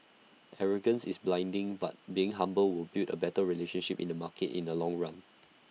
arrogance is blinding but being humble will build A better relationship in the market in the long run